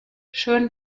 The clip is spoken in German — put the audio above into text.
schön